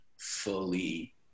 fully